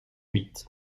huit